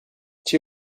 she